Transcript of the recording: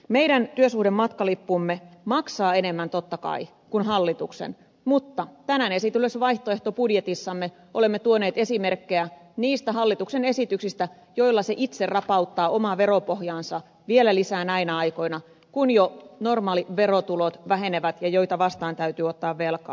meidän työsuhdematkalippumme maksaa enemmän totta kai kuin hallituksen mutta tänään esitellyssä vaihtoehtobudjetissamme olemme tuoneet esimerkkejä niistä hallituksen esityksistä joilla se itse rapauttaa omaa veropohjaansa vielä lisää näinä aikoina kun jo normaaliverotulot vähenevät ja niitä vastaan täytyy ottaa velkaa